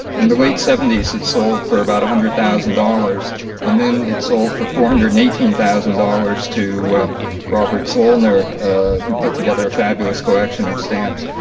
in the late seventy s, it sold for about hundred thousand dollars and then it sold for four hundred and eighteen thousand dollars to robert zollner who put together a fabulous collection of stamps.